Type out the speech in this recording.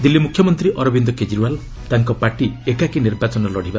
ଦିଲ୍ଲୀ ମୁଖ୍ୟମନ୍ତ୍ରୀ ଅରବିନ୍ଦ କେଜରିୱାଲ୍ ତାଙ୍କ ପାର୍ଟି ଏକାକୀ ନିର୍ବାଚନ ଲଢ଼ିବା